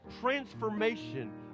transformation